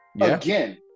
again